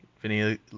Vinny